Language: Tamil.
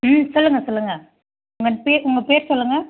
ம் சொல்லுங்கள் சொல்லுங்கள் உங்கள் பே உங்கள் பேர் சொல்லுங்கள்